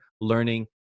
learning